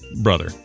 brother